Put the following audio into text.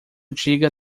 diga